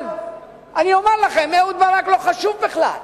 אבל אומר לכם, אהוד ברק לא חשוב בכלל,